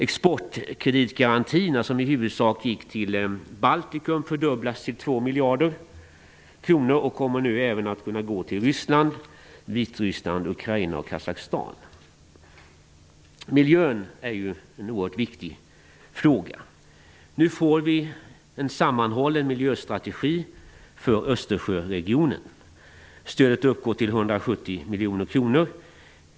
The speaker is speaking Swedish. Exportkreditgarantierna, som tidigare i huvudsak gick till Baltikum, fördubblas till 2 miljarder kronor och kommer nu även att kunna gå till Ryssland, Vitryssland, Ukraina och Kazakstan. Miljön är en oerhört viktig fråga. Nu får vi en sammanhållen miljöstrategi för Östersjöregionen. Stödet uppgår till 170 miljoner kronor.